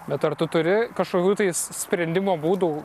bet ar tu turi kažkokių tais sprendimo būdų